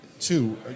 Two